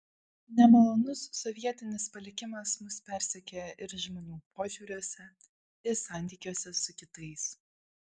nemalonus sovietinis palikimas mus persekioja ir žmonių požiūriuose ir santykiuose su kitais